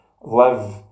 live